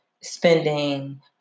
spending